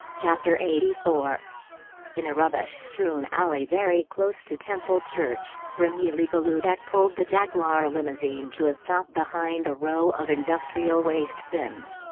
chapter eighty four in a rubbish-strewn alley very close to temple church, remy legaludec pulled the jaguar limousine to a stop behind a row of industrial waste bins.